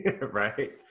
right